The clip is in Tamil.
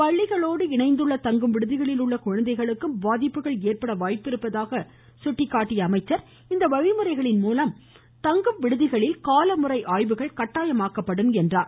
பள்ளிகளோடு இணைந்துள்ள தங்கும் விடுதிகளில் உள்ள குழந்தைகளுக்கும் பாதிப்புகள் ஏற்பட வாய்ப்பிருப்பதாக எடுத்துரைத்த அமைச்சர் இந்த வழிமுறைகளின் மூலம் தங்கும் விடுதிகளில் காலமுறை ஆய்வுகள் கட்டாயமாக்கப்படும் என்றார்